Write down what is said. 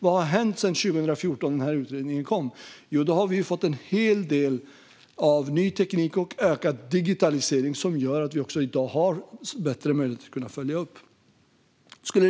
Vad har hänt sedan 2014 när utredningen kom? Jo, vi har fått en hel del ny teknik och ökad digitalisering, som gör att det i dag finns bättre möjligheter att följa upp. Fru talman!